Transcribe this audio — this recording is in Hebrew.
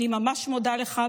אני ממש מודה לך,